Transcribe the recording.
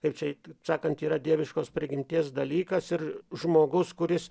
kaip čia taip sakant yra dieviškos prigimties dalykas ir žmogus kuris